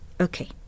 okay